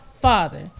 father